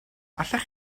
allech